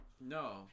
No